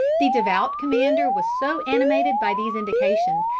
the devout commander was so animated by these indications,